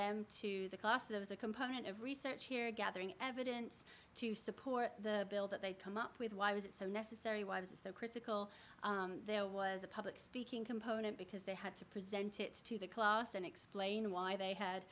them to the class there was a component of research here gathering evidence to support the bill that they've come up with why was it so necessary why was it so critical there was a public speaking component because they had to present it to the class and explain why they had